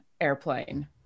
airplane